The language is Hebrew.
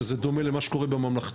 שזה בעצם דומה למה שקורה בממלכתי,